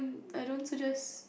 I don't suggest